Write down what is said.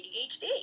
ADHD